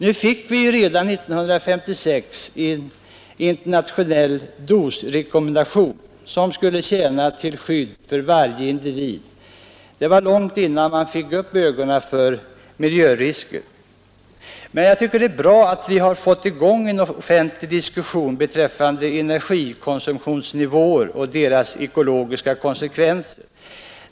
Nu fick vi emellertid redan 1956 internationella dosrekommendationer, som skulle tjäna till skydd för varje individ. Det var långt innan man fick upp ögonen för andra miljörisker. Men det är bra att vi äntligen har fått i gång en offentlig diskussion om energikonsumtionsnivåer och deras ekologiska konsekvenser.